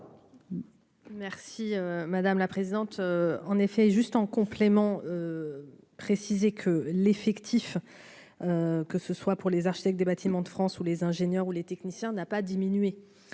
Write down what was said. Merci madame la présidente, en effet, juste en complément. Préciser que l'effectif, que ce soit pour les architectes des Bâtiments de France, où les ingénieurs ou les techniciens n'a pas diminué